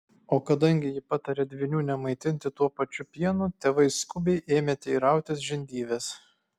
o kadangi ji patarė dvynių nemaitinti tuo pačiu pienu tėvai skubiai ėmė teirautis žindyvės